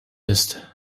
ist